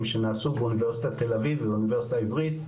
שנעשו באוניברסיטת תל אביב ובאוניברסיטה העברית,